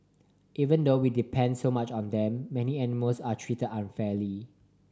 even though we depend so much on them many animals are treated unfairly